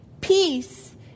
peace